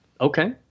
okay